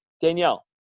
Danielle